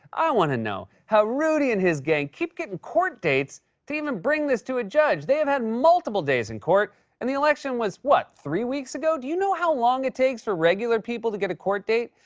i don't want to know how rudy and his gang keep getting court dates to even bring this to a judge. they have had multiple days in court, and the election was, what, three wakes ago? do you know how long it takes for regular people to get a court date?